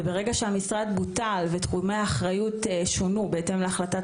וברגע שהמשרד בוטל ותחומי האחריות שונו בהתאם להחלטת